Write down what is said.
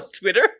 Twitter